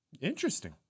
Interesting